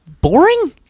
boring